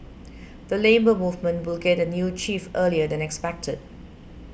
the Labour Movement will get a new chief earlier than expected